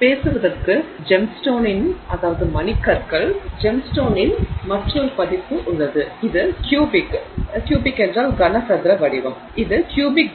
பேசுவதற்கு ஜெம்ஸ்டோனின் மற்றொரு பதிப்பு உள்ளது இது கியூபிக்